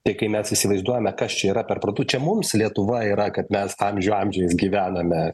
tai kai mes įsivaizduojame kas čia yra per protu čia mums lietuva yra kad mes amžių amžiais gyvename